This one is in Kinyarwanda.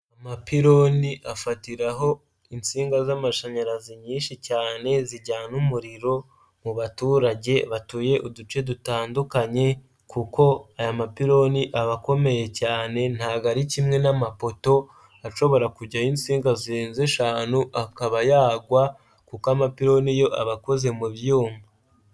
Amapironi afatiraho insinga z'amashanyarazi nyinshi cyane zijyana umuriro mu baturage batuye uduce dutandukanye, kuko aya mapironi aba akomeye cyane, ntago ari kimwe n'amapoto ashobora kujyaho' insinga zirenze eshanu akaba yagwa, kuko amapironi yo aba akoze mu byuma.